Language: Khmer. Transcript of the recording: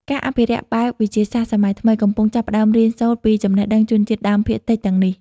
ការអភិរក្សបែបវិទ្យាសាស្ត្រសម័យថ្មី កំពុងចាប់ផ្តើមរៀនសូត្រពីចំណេះដឹងជនជាតិដើមភាគតិចទាំងនេះ។